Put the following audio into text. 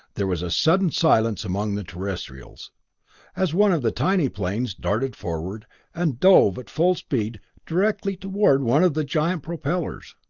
there was sudden silence among the terrestrials as one of the tiny planes darted forward and dove at full speed directly toward one of the giant's propellers.